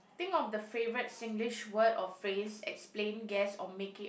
think of the favorite Singlish word or phrase explain guess or make it